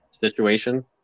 situation